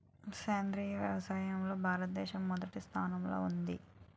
సేంద్రీయ వ్యవసాయంలో భారతదేశం మొదటి స్థానంలో ఉంది